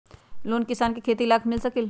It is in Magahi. लोन किसान के खेती लाख मिल सकील?